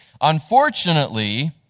Unfortunately